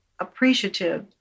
appreciative